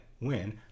win